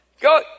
Go